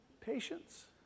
Patience